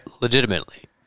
legitimately